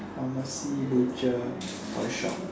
pharmacy butcher toy shop